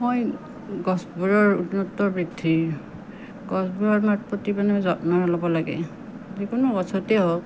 মই গছবোৰৰ উন্নত বৃদ্ধি গছবোৰৰ যত্ন ল'ব লাগে যিকোনো গছতেই হওক